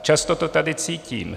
Často to tady cítím.